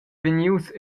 vegnius